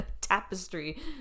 tapestry